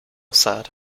sad